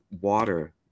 water